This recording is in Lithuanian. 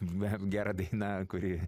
bet gera daina kuri